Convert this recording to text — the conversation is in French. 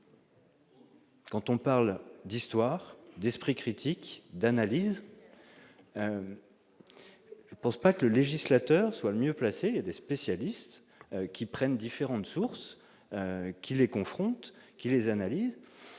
Quand on parle d'histoire, d'esprit critique, d'analyse, je ne pense pas que le législateur soit le mieux placé et des spécialistes qui prennent différentes sources qui les confronte qui les analysent